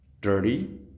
dirty